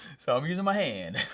so i'm using my hand.